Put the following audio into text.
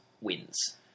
Wins